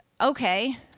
okay